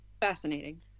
fascinating